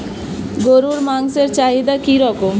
গরুর মাংসের চাহিদা কি রকম?